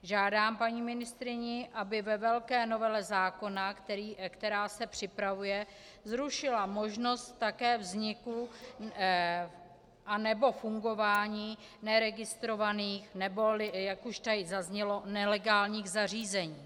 Žádám paní ministryni, aby ve velké novele zákona, která se připravuje, zrušila možnost vzniku nebo fungování neregistrovaných neboli, jak už tady zaznělo, nelegálních zařízení.